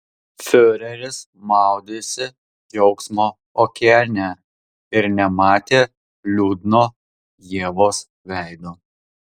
fiureris maudėsi džiaugsmo okeane ir nematė liūdno ievos veido